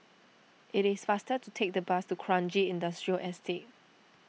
it is faster to take the bus to Kranji Industrial Estate